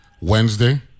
Wednesday